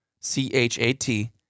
C-H-A-T